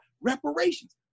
reparations